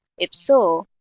if so,